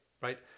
right